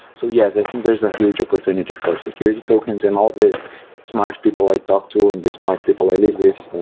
so yes, i think there's a huge opportunity for security tokens. and all the smart people i talked to and the smart people i live with,